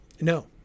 No